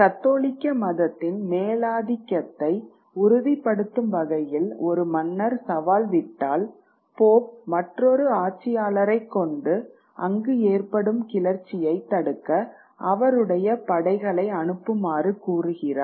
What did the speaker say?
கத்தோலிக்க மதத்தின் மேலாதிக்கத்தை உறுதிப்படுத்தும் வகையில் ஒரு மன்னர் சவால் விட்டால் போப் மற்றொரு ஆட்சியாளரை கொண்டு அங்கு ஏற்படும் கிளர்ச்சியை தடுக்க அவருடைய படைகளை அனுப்புமாறு கூறுகிறார்